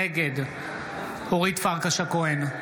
נגד אורית פרקש הכהן,